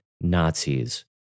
Nazis